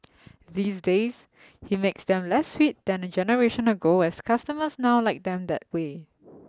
these days he makes them less sweet than a generation ago as customers now like them that way